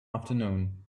afternoon